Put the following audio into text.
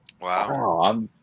wow